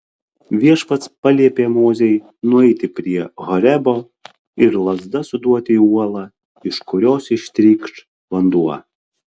viešpats paliepė mozei nueiti prie horebo ir lazda suduoti į uolą iš kurios ištrykš vanduo